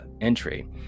entry